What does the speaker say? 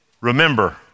Remember